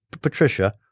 Patricia